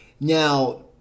Now